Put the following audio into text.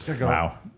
Wow